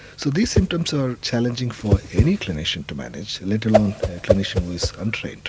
so these symptoms are challenging for any clinician to manage, let alone a clinician who is untrained